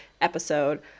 episode